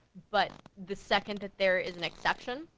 but the second that there is an exception,